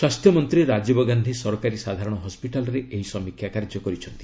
ସ୍ୱାସ୍ଥ୍ୟମନ୍ତ୍ରୀ ରାଜୀବ ଗାନ୍ଧି ସରକାରୀ ସାଧାରଣ ହସ୍କିଟାଲ୍ରେ ଏହି ସମୀକ୍ଷା କାର୍ଯ୍ୟ କରିଛନ୍ତି